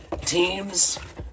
teams